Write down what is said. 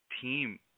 team